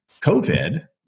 COVID